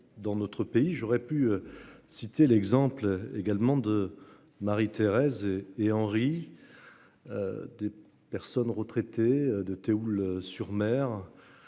dans notre pays. J'aurais pu. Citer l'exemple également de Marie-, Thérèse et et Henri. Des personnes retraitées de Théoule sur Mer.